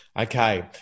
okay